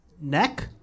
neck